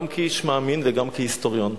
גם כאיש מאמין וגם כהיסטוריון,